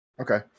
Okay